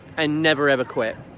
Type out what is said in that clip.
and never, ever quit,